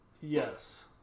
Yes